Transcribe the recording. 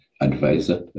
advisor